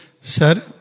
sir